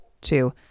two